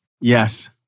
Yes